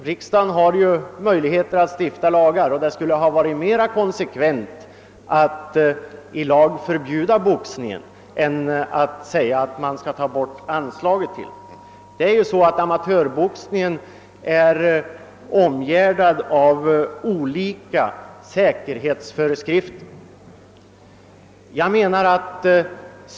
Riksdagen har ju möjligheter att stifta lagar; det skulle ha varit mera konsekvent att i lag förbjuda boxningen än att dra in anslaget till den. Amatörboxningen är ju omgärdad med olika säkerhetsföreskrifter.